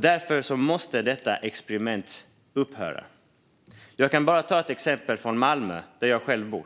Därför måste detta experiment upphöra. Jag kan ta ett exempel från Malmö, där jag själv bor.